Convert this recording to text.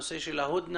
הנושא של ההודנא,